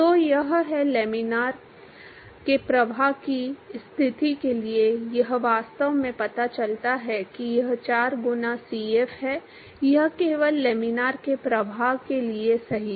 तो यह है इसलिए लेमिनार के प्रवाह की स्थिति के लिए यह वास्तव में पता चलता है कि यह 4 गुना Cf है यह केवल लेमिनार के प्रवाह के लिए सही है